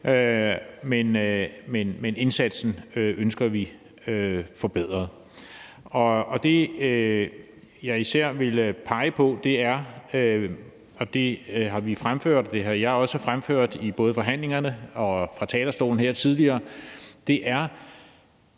men indsatsen på området ønsker vi forbedret. Det, jeg især vil pege på – det har vi fremført, og det har jeg også fremført i både forhandlingerne og fra talerstolen her tidligere – er